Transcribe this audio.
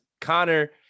Connor